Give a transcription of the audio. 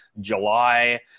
July